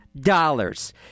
dollars